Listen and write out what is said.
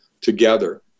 together